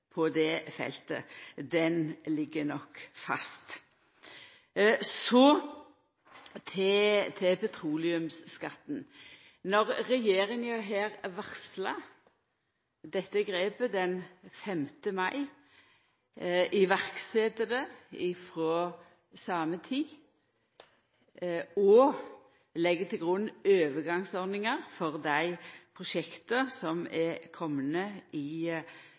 på det feltet, ligg nok fast. Så til petroleumsskatten. Når regjeringa varsla dette grepet den 5. mai, sette det i verk frå same tid og la til grunn overgangsordninger for dei prosjekta som er komne i